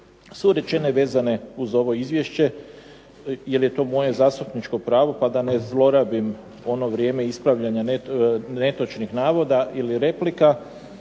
su rečene vezane uz ovo izvješće, jer je to moje zastupničko pravo, pa da ne zlorabim ono vrijeme ispravljanja netočnih navoda, ili replika.